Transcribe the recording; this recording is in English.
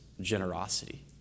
generosity